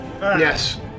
Yes